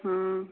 ହଁ